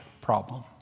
problem